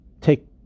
take